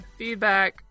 feedback